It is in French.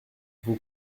vous